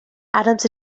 adams